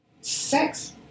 Sex